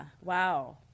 Wow